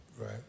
Right